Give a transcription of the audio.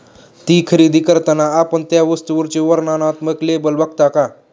ती खरेदी करताना आपण त्या वस्तूचे वर्णनात्मक लेबल बघता का?